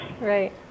Right